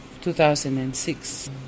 2006